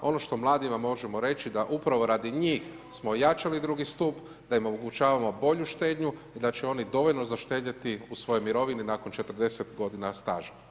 Ono što mladima vam možemo reći, da upravo radi njih smo jačali drugi stup, da im omogućavamo bolju štednju i da će oni dovoljno uštedjeti u svojoj mirovini nakon 40 g. staža.